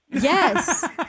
Yes